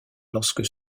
lorsque